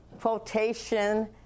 quotation